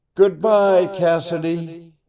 goodby, cassidy!